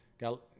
got